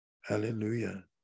hallelujah